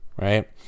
right